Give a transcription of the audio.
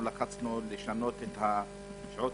לצערי הרב,